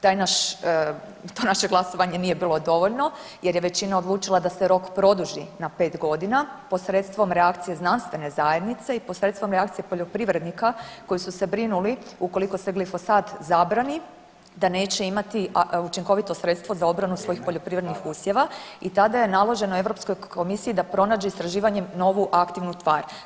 Taj naš, to naše glasovanje nije bilo dovoljno jer je većina odlučila da se rok produži na 5.g. posredstvom reakcije znanstvene zajednice i posredstvom reakcije poljoprivrednika koji su se brinuli ukoliko se glifosat zabrani da neće imati učinkovito sredstvo za obranu svojih poljoprivrednih usjeva i tada je naloženo Europskoj komisiji da pronađe istraživanjem novu aktivnu tvar.